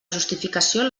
justificació